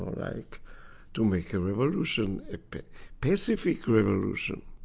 like to make a revolution, a pacifist revolution,